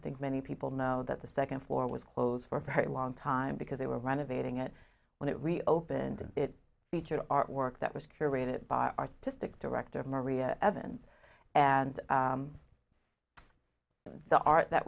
think many people know that the second floor was closed for a very long time because they were renovating it when it reopened and it featured artwork that was curated by artistic director maria evans and the art that